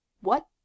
What